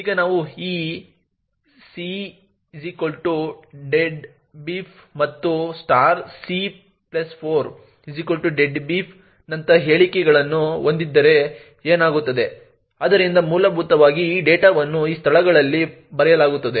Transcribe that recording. ಈಗ ನಾವು ಈ cdeadbeef ಮತ್ತು c4 deadbeef ನಂತಹ ಹೇಳಿಕೆಗಳನ್ನು ಹೊಂದಿದ್ದರೆ ಏನಾಗುತ್ತದೆ ಆದ್ದರಿಂದ ಮೂಲಭೂತವಾಗಿ ಈ ಡೇಟಾವನ್ನು ಈ ಸ್ಥಳಗಳಲ್ಲಿ ಬರೆಯಲಾಗುತ್ತದೆ